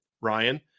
Ryan